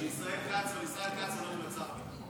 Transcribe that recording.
שישראל כץ הולך להיות שר הביטחון?